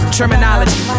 Terminology